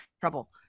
trouble